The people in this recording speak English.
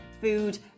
food